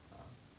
ah